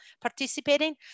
participating